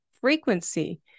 frequency